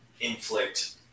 inflict